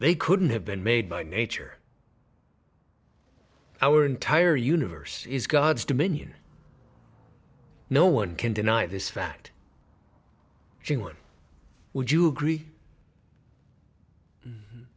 they couldn't have been made by nature our entire universe is god's dominion no one can deny this fact she won would you agree